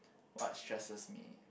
what stresses me